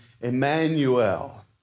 Emmanuel